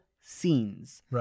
scenes